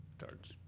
Starts